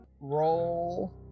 Roll